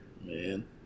Man